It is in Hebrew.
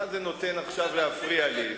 מה זה נותן עכשיו להפריע לי?